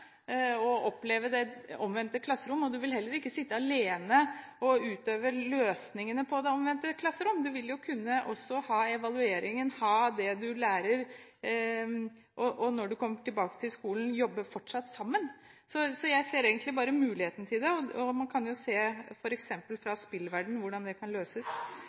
og oppleve det omvendte klasserom. Du vil heller ikke sitte alene og finne løsningene i det omvendte klasserom. Du vil også kunne ha evalueringen og det du lærer, og når du kommer tilbake til skolen, vil du fortsatt kunne jobbe sammen. Så jeg ser egentlig bare mulighetene ved det, og man kan se til f.eks. spillverdenen for å se hvordan det kan løses.